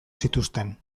zituzten